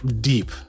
deep